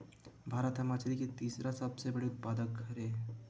भारत हा मछरी के तीसरा सबले बड़े उत्पादक हरे